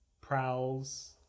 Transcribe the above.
prowls